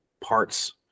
parts